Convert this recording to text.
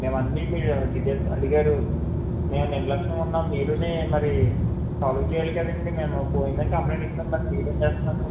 మేము అన్నీ మీరు డీటెయిల్స్ అడిగారు మేము నిర్లక్ష్యంగా ఉన్నాం మీరూ మరి సాల్వ్ చెయ్యాలి కదండి మేము పోయిందని కంప్లైంట్ ఇచ్చాం మరి మీరేం చేస్తున్నారు సార్